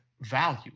value